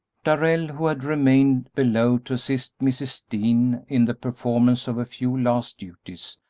darrell, who had remained below to assist mrs. dean in the performance of a few last duties,